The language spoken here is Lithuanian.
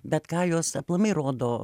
bet ką jos aplamai rodo